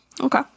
Okay